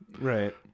right